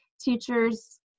teachers